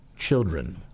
children